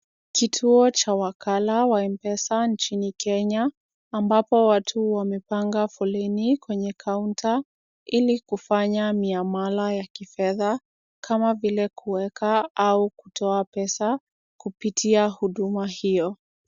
Kituo cha wakala wa m_pesa nchini Kenya ambapo watu wamepanga foleni kwenye kaunta ili kufanya miamala ya kifedha kama vile kuweka au kutoa pesa kupitia huduma hio.